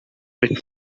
bit